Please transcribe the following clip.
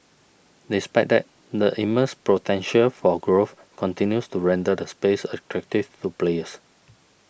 despite that the immense potential for growth continues to render the space attractive to players